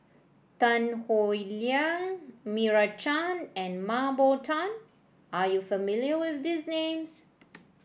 Tan Howe Liang Meira Chand and Mah Bow Tan are you familiar with these names